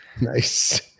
Nice